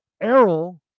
Errol